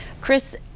Chris